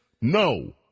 No